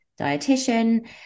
dietitian